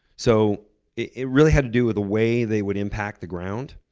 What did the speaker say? so it it really had to do with the way they would impact the ground.